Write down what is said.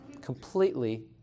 completely